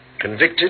Convicted